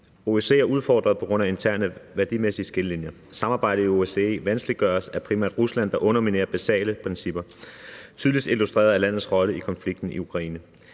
OSCE er udfordret på grund af interne værdimæssige skillelinjer. Samarbejdet i OECD vanskeliggøres af primært Rusland, der underminerer basale principper, tydeligst illustreret af landets rolle i konflikten i Ukraine.